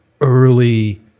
early